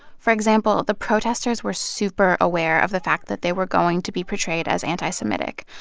for example, the protesters were super aware of the fact that they were going to be portrayed as anti-semitic.